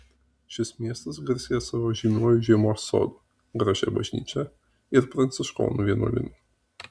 šis miestas garsėja savo žymiuoju žiemos sodu gražia bažnyčia ir pranciškonų vienuolynu